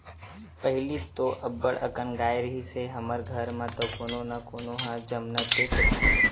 पहिली तो अब्बड़ अकन गाय रिहिस हे हमर घर म त कोनो न कोनो ह जमनतेच राहय